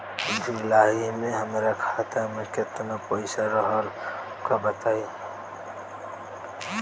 जुलाई में हमरा खाता में केतना पईसा रहल हमका बताई?